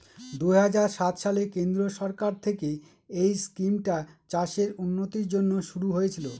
দুই হাজার সাত সালে কেন্দ্রীয় সরকার থেকে এই স্কিমটা চাষের উন্নতির জন্যে শুরু হয়েছিল